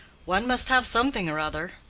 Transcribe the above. one must have something or other.